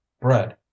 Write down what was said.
Bread